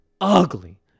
ugly